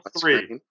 three